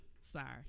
sorry